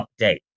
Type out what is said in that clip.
update